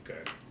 Okay